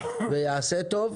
ויעשה טוב.